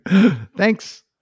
thanks